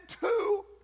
two